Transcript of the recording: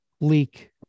leak